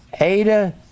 Ada